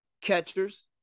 catchers